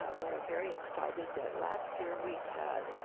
um we are very excited that last year we had